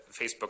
facebook